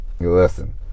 listen